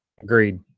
Agreed